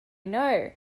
know